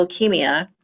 leukemia